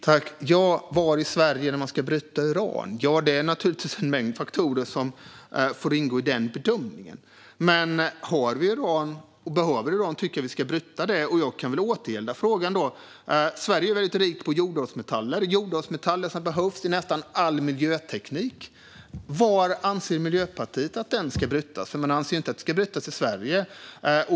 Fru talman! Var i Sverige ska man bryta uran? Det är naturligtvis en mängd faktorer som får ingå i den bedömningen. Men har vi uran och behöver uran tycker jag att vi ska bryta det. Jag kan väl återgälda frågan. Sverige är väldigt rikt på jordartsmetaller. Jordartsmetaller behövs i nästan all miljöteknik. Var anser Miljöpartiet att de ska brytas? Man anser inte att de ska brytas i Sverige.